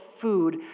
food